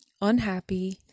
unhappy